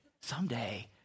someday